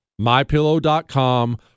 MyPillow.com